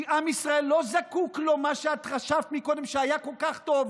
כי עם ישראל לא זקוק למה שאת חשבת קודם שהיה כל כך טוב,